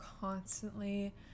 constantly